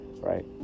right